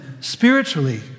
spiritually